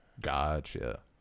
Gotcha